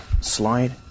slide